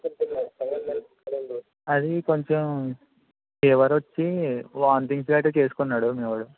అది కొంచెం ఫీవర్ వచ్చి వామిటింగ్స్ గట్రా చేసుకున్నాడు మీవోడు